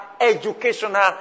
educational